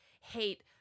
hate